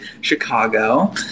Chicago